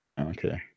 Okay